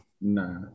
Nah